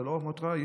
ולא רק מערכת התראה,